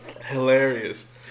Hilarious